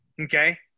Okay